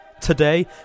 Today